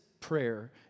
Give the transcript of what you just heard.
prayer